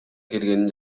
келгенин